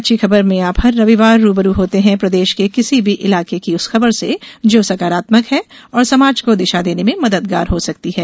अच्छी खबर में आप हर रविवार रू ब रू होते हैं प्रदेश के किसी भी इलाके की उस खबर से जो सकारात्मक है और समाज को दिशा देने में मददगार हो सकती है